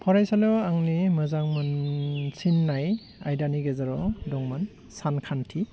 फरायसालियाव आंनि मोजां मोनसिन्नाय आयदानि गेजेराव दंमोन सानखान्थि